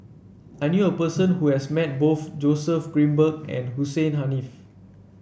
I knew a person who has met both Joseph Grimberg and Hussein Haniff